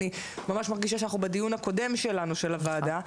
אני ממש מרגישה שאנחנו בדיון הקודם שלנו של הוועדה,